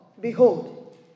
behold